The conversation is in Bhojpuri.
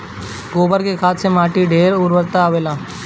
गोबर के खाद से माटी में ढेर उर्वरता आवेला